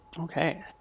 Okay